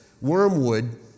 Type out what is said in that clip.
Wormwood